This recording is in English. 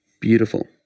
Beautiful